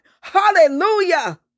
Hallelujah